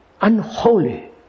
unholy